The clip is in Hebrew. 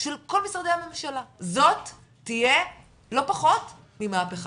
של כל משרדי הממשלה, זאת תהיה לא פחות ממהפכה.